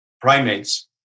primates